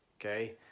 okay